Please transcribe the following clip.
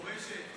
מורשת.